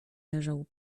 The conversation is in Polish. leżał